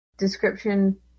Description